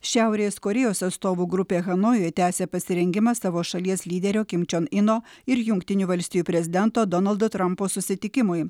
šiaurės korėjos atstovų grupė hanojuje tęsia pasirengimą savo šalies lyderio kim čion ino ir jungtinių valstijų prezidento donaldo trumpo susitikimui